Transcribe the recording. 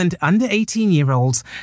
under-18-year-olds